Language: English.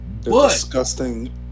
disgusting